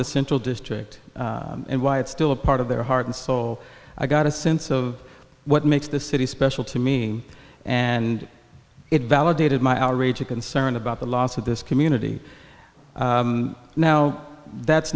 the central district and why it's still a part of their heart and soul i got a sense of what makes this city special to me and it validated my outrage a concern about the loss of this community now that's